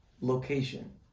location